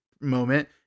moment